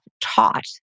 taught